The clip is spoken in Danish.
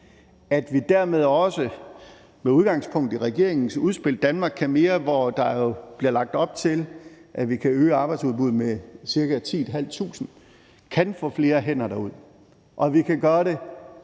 at vi dermed også med udgangspunkt i regeringens udspil »Danmark kan mere I«, hvor der jo bliver lagt op til, at vi kan øge arbejdsudbuddet med ca. 10.500, kan få flere hænder derude, og at vi kan gøre det